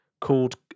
called